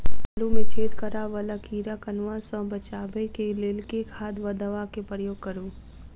आलु मे छेद करा वला कीड़ा कन्वा सँ बचाब केँ लेल केँ खाद वा दवा केँ प्रयोग करू?